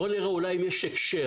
בואו נראה אולי אם יש הקשר.